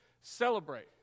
Celebrate